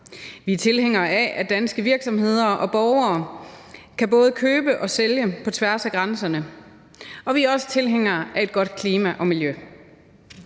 Vi er tilhængere af, at danske virksomheder og borgere både kan købe og sælge på tværs af grænserne, og vi er også tilhængere af et godt klima og miljø.